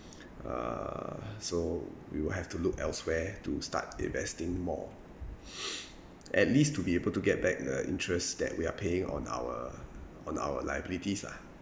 err so we will have to look elsewhere to start investing more at least to be able to get back the interest that we are paying on our on our liabilities lah